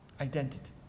Identity